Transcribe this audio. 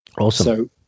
Awesome